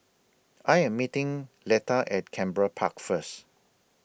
I Am meeting Letta At Canberra Park First